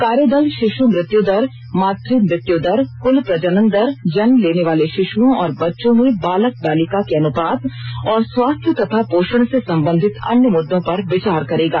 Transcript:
कार्यदल शिशु मृत्यु दर मातृ मृत्यु दर कुल प्रजनन दर जन्म लेने वाले शिशुओं और बच्चों में बालक बालिका के अनुपात और स्वास्थ्य तथा पोषण से संबंधित अन्य मुद्दों पर विचार करेगा